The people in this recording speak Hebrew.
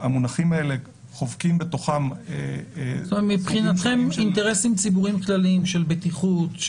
המונחים האלה חובקים בתוכם -- מבחינתכם אינטרסים כלליים של בטיחות,